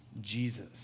Jesus